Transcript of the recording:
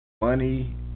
money